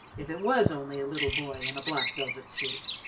if it was only a little boy in a black velvet suit.